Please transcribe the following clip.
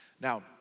Now